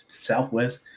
Southwest